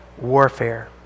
warfare